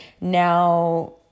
now